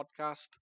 podcast